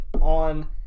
on